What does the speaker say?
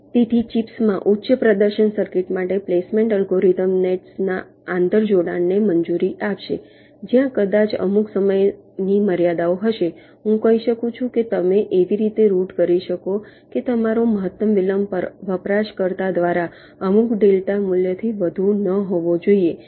તેથી ચિપ્સમાં ઉચ્ચ પ્રદર્શન સર્કિટ માટે પ્લેસમેન્ટ એલ્ગોરિધમ નેટ્સના આંતર જોડાણને મંજૂરી આપશે જ્યાં કદાચ અમુક સમયની મર્યાદાઓ હશે હું કહી શકું છું કે તમે એવી રીતે રૂટ કરો કે તમારો મહત્તમ વિલંબ વપરાશકર્તા દ્વારા અમુક ડેલ્ટા મૂલ્યથી વધુ ન હોવો જોઈએ જે સ્પષ્ટ કરી શકાય